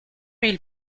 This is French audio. ils